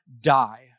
die